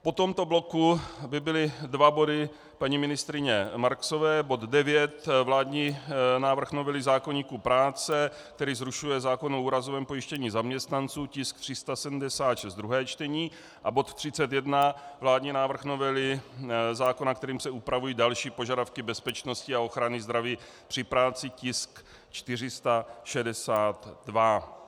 Po tomto bloku by byly dva body paní ministryně Marksové: bod 9 vládní návrh novely zákoníku práce, který zrušuje zákon o úrazovém pojištění zaměstnanců, tisk 376, druhé čtení, a bod 31 vládní návrh novely zákona, kterým se upravují další požadavky bezpečnosti a ochrany zdraví při práci, tisk 462.